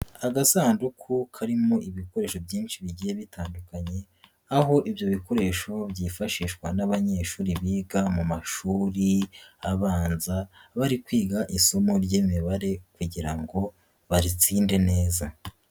Agasanduku karimo ibikoresho byinshi bigiye bitandukanye, aho ibyo bikoresho byifashishwa n'abanyeshuri biga mu mashuri abanza, bari kwiga isomo ry'imibare kugira ngo baritsinde neza.